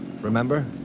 remember